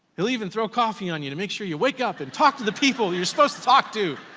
he'll even throw coffee on you to make sure you wake up and talk to the people you're suppose to talk to.